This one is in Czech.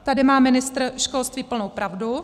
Tady má ministr školství plnou pravdu.